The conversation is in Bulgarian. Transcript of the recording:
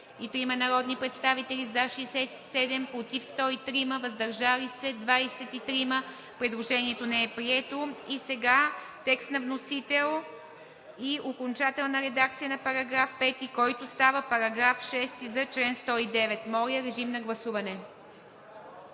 193 народни представители: за 67, против 103, въздържали се 23. Предложението не е прието. Текст на вносител и окончателна редакция на § 5, който става § 6 за чл. 109. Моля, режим на гласуване.